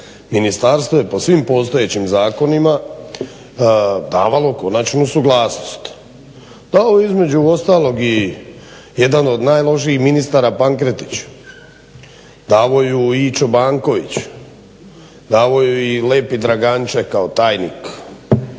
Ministarstvo je po svim postojećim zakonima davalo konačnu suglasnost. Davao ju je između ostalog i jedan od najlošijih ministara Pankretić. Davao ju je i Čobanković, davao ju je i lepi Draganče kao tajnik